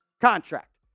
contract